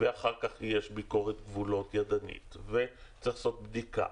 ואחר כך יש ביקורת גבולות ידנית וצריך לעשות בדיקה.